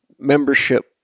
membership